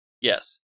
Yes